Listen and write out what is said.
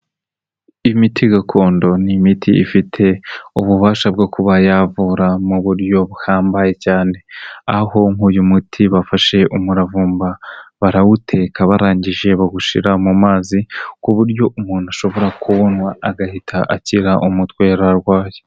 Imiti gakondo ni imiti ifite ububasha bwo kuba yavura mu buryo buhambaye cyane. Aho nk'uyu muti bafashe umuravumba barawuteka, barangije bawushira mu mazi ku buryo umuntu ashobora kuwunwa agahita akira umutwe yari arwaye.